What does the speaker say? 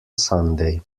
sunday